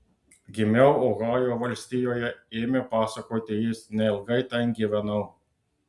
gimiau ohajo valstijoje ėmė pasakoti jis neilgai ten gyvenau